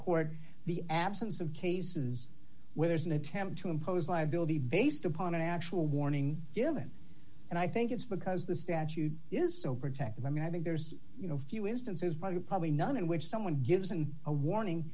court the absence of cases where there's an attempt to impose liability based upon an actual warning given and i think it's because the statute is so protective i mean i think there's you know a few instances probably probably none in which someone gives an a warning